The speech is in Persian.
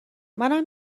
منم